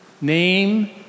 Name